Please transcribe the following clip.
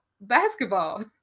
basketball